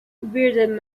bearded